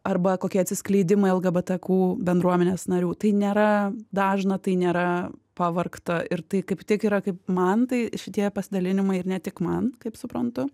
arba kokie atsiskleidimai lgbt kū bendruomenės narių tai nėra dažna tai nėra pavargta ir tai kaip tik yra kaip man tai šitie pasidalinimai ir ne tik man kaip suprantu